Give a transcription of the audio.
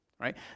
right